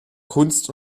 kunst